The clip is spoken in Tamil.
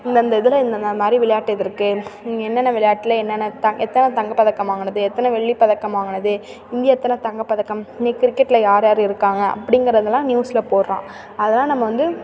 இந்தந்த இதில் இந்தந்த மாதிரி விளையாட்டு இது இருக்குது என்னென்ன விளையாட்ல என்னென்ன த எத்தனை தங்கப் பதக்கம் வாங்கினது எத்தனை வெள்ளிப் பதக்கம் வாங்கினது இந்தியா எத்தனை தங்கப் பதக்கம் இங்கே கிரிக்கெட்டில் யார் யார் இருக்காங்க அப்படிங்கிறதலாம் நியூஸ்சில் போடுறான் அதெல்லாம் நம்ம வந்து